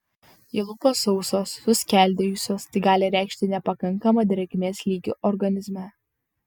jei lūpos sausos suskeldėjusios tai gali reikšti nepakankamą drėgmės lygį organizme